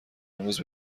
امروز